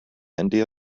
india